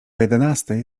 jedenastej